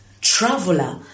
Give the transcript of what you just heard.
traveler